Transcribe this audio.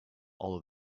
all